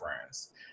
friends